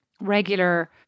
regular